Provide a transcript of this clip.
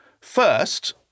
First